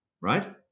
right